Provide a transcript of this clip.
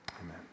amen